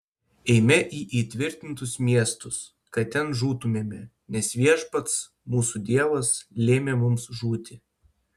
eime į įtvirtintus miestus kad ten žūtumėme nes viešpats mūsų dievas lėmė mums žūti